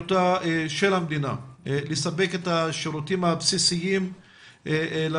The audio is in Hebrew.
ללוות אותם בלימודים או שאין להם תשתית אינטרנט או שנתקעים כל